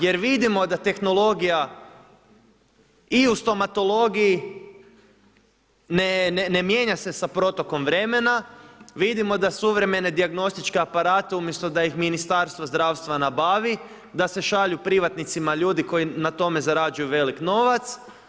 Jer vidimo da tehnologija i u stomatologiji, ne mijenja se s protokom vremena, vidimo da suvremene dijagnostičke aparate, umjesto da ih Ministarstvo zdravstva nabavi, da se šalju privatnicima ljudi, koji na tome zarađuju veliki novac.